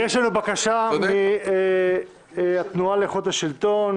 יש לנו בקשה מהתנועה לאיכות השלטון.